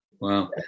Wow